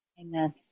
Amen